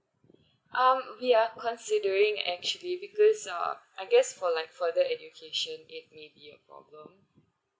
um ya considering actually because uh I guess for like further education it may be a problem